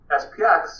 SPX